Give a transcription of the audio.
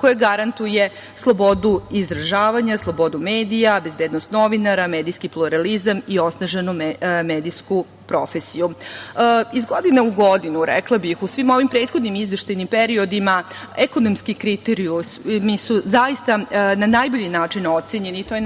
koje garantuje slobodu izražavanje, slobodu medija, bezbednost novinara, medijski pluralizam i osnaženu medijsku profesiju. Iz godine u godinu, rekla bih, u svim ovim prethodnim izveštajnim periodima, ekonomski kriterijumi su zaista na najbolji način ocenjeni i to je